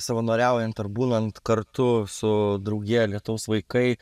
savanoriaujant ar būnant kartu su draugija lietaus vaikai